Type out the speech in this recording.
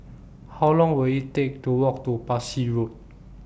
How Long Will IT Take to Walk to Parsi Road